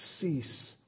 cease